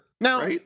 now